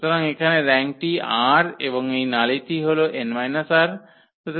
সুতরাং এখানে র্যাঙ্কটি 𝑟 এবং এই নালিটি হল n 𝑟